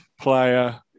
player